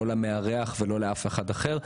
לא למארח ולא לאף אחד אחר,